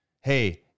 Hey